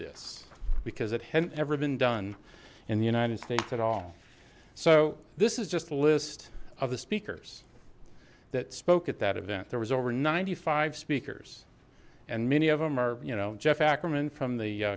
this because it hadn't ever been done in the united states at all so this is just a list of the speakers that spoke at that event there was over ninety five speakers and many of them are you know